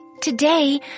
Today